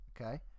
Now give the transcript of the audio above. Okay